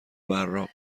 براق